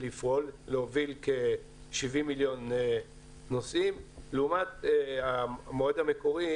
לפעול ולהוביל כ-70 מיליון נוסעים לעומת המועד המקורי,